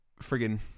friggin